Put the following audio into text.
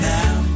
now